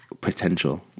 potential